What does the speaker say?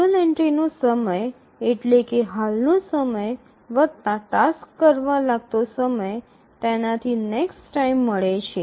table એન્ટ્રીનો સમય એટલે કે હાલનો સમય વત્તા ટાસ્ક કરવા લાગતો સમય તેનાથી નેક્સ્ટ ટાઇમ મળે છે